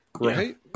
right